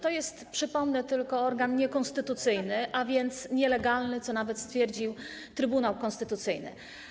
To jest, tylko przypomnę, organ niekonstytucyjny, a więc nielegalny, co nawet stwierdził Trybunał Konstytucyjny.